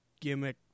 gimmick